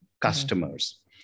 customers